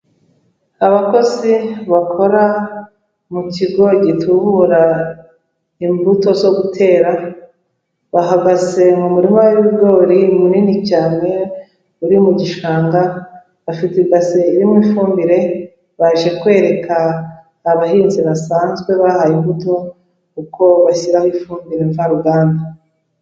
Abakozi bakora mu kigo gitubura imbuto zo gutera, bahagaze mu murima w'ibigori munini cyane, uri mu gishanga, bafite ibase irimo ifumbire, baje kwereka abahinzi basanzwe bahaye imbuto, uko bashyiraho ifumbire mvaruganda.